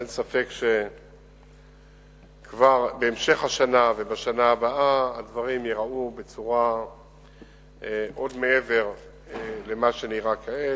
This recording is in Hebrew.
ואין ספק שבהמשך השנה ובשנה הבאה הדברים ייראו עוד מעבר למה שנראה כעת.